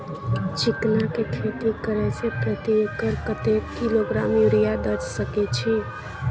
चिकना के खेती करे से प्रति एकर कतेक किलोग्राम यूरिया द सके छी?